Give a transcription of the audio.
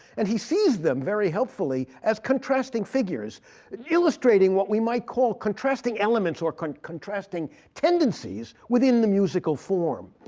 and he sees them very helpfully as contrasting figures illustrating what we might call contrasting elements, or kind of contrasting tendencies within the musical form.